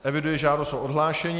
Eviduji žádost o odhlášení.